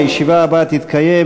הישיבה הבאה תתקיים,